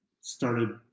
started